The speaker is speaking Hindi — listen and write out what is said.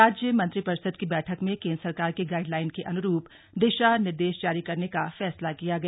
राज्य मंत्रिपरिषद की बैठक में केंद्र सरकार के गाइडलाइन के अन्रूप दिशा निर्देश जारी करने का फैसला किया गया